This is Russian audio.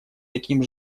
таким